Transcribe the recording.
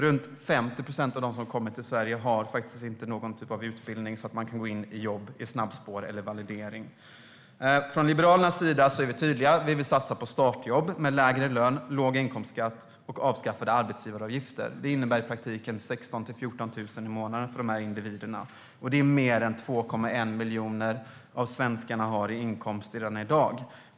Runt 50 procent av dem som har kommit till Sverige har inte någon typ av utbildning som gör att de kan gå in i jobb med snabbspår eller validering. Liberalerna är tydliga. Vi vill satsa på startjobb med lägre lön, låg inkomstskatt och avskaffade arbetsgivaravgifter. Det innebär i praktiken 14 000-16 000 för de här individerna. Det är mer än vad 2,1 miljon av svenskarna har i inkomst redan i dag.